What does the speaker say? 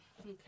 Okay